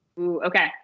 Okay